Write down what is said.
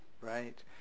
Right